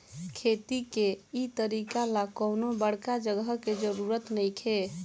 खेती के इ तरीका ला कवनो बड़का जगह के जरुरत नइखे